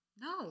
No